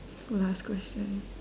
last question